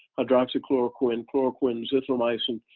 hydroxychloroquine, chloroquine, azithromycin,